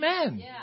Amen